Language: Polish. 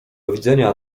widzenia